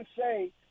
say